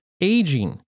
aging